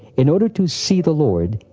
in order to see the lord,